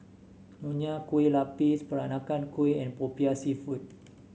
Nonya Kueh Lapis Peranakan Kueh and popiah seafood